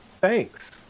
thanks